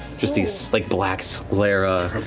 just these like black sclera,